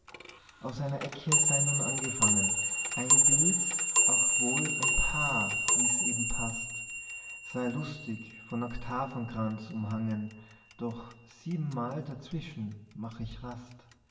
aus einer ecke sei nun angefangen ein bild auch wohl ein paar wie's eben paßt sei lustig vom octavenkranz umhangen doch siebenmal dazwischen mach ich rast